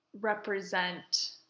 represent